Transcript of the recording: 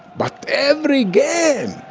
but every game!